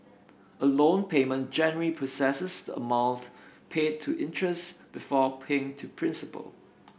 a loan payment generally processes the amount paid to interest before paying to principal